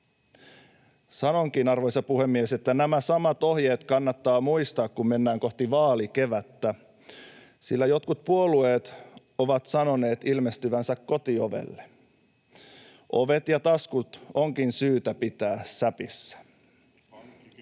Sanonkin, arvoisa puhemies, että nämä samat ohjeet kannattaa muistaa, kun mennään kohti vaalikevättä, sillä jotkut puolueet ovat sanoneet ilmestyvänsä kotiovelle. Ovet ja taskut onkin syytä pitää säpissä.